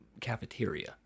cafeteria